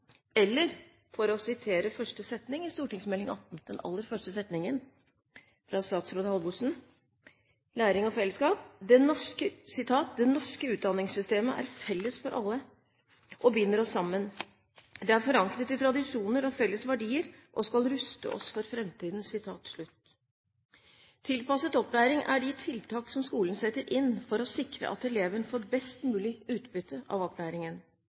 eller for å sitere de aller første setningene i Meld. St. 18, Læring og fellesskap, fra statsråd Halvorsen: «Det norske utdanningssystemet er felles for alle og binder oss sammen. Det er forankret i tradisjoner og felles verdier og skal ruste oss for fremtiden.» Tilpasset opplæring er de tiltak skolen setter inn for å sikre at elevene får best mulig utbytte av opplæringen.